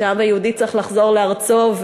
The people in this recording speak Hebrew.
שהעם היהודי צריך לחזור לארצו,